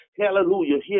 Hallelujah